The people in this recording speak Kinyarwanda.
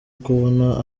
kubona